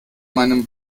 meinem